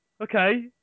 Okay